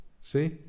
See